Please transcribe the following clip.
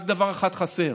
רק דבר אחד חסר: